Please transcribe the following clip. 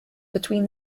between